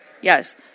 Yes